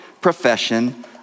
profession